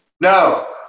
No